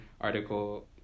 article